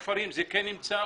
בכפרים זה כן נמצא,